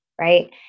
Right